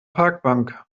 parkbank